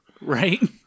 Right